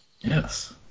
Yes